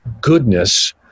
goodness